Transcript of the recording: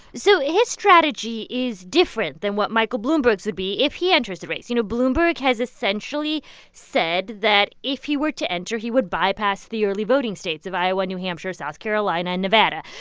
so his strategy is different than what michael bloomberg's would be if he enters the race. you know, bloomberg has essentially said that if he were to enter, he would bypass the early voting states of iowa, new hampshire, south carolina and nevada.